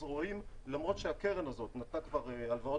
רואים שלמרות שהקרן הזאת נתנה כבר הלוואות